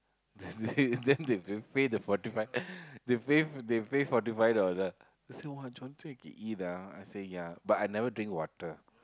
then the then they pay the fourty five they pay they pay fourty five dollar say !wah! that's we can eat ah I say ya I never drink water